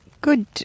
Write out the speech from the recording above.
good